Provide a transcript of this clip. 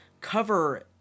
cover